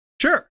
Sure